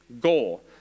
goal